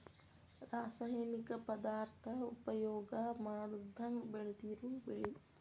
ರಾಸಾಯನಿಕ ಪದಾರ್ಥಾ ಉಪಯೋಗಾ ಮಾಡದಂಗ ಬೆಳದಿರು ಬೆಳಿ